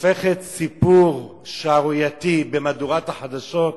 הופכת סיפור שערורייתי במהדורת החדשות,